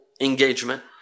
engagement